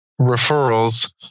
referrals